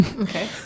Okay